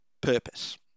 purpose